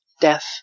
death